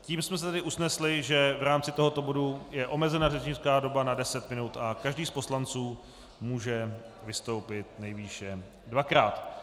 Tím jsme se tedy usnesli, že v rámci tohoto bodu je omezena řečnická doba na deset minut a každý z poslanců může vystoupit nejvýše dvakrát.